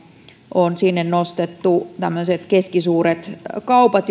on sinne nostettu tämmöiset keskisuuret kaupat